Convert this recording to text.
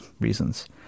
reasons